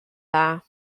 dda